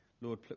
Lord